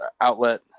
outlet